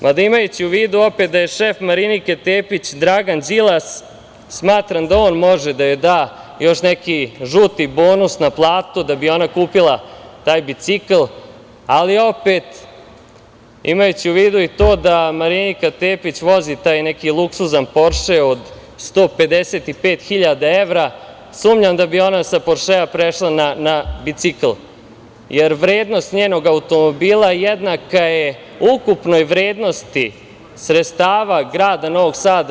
Mada imajući u vidu da je opet šef Marinike Tepić, Dragan Đilas, smatram da on može da joj da još neki žuti bonus na platu da bi ona kupila taj bicikl, ali opet imajući u vidu i to da Marinika Tepić vozi taj neki luksuzni Porše od 155 hiljada evra, sumnjam da bi ona sa Poršea prešla na bicikl, jer vrednost njenog automobila jednaka je ukupnoj vrednosti sredstava grada Novog Sada.